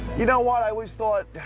you know what? i always thought,